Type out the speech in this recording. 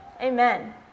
Amen